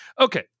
Okay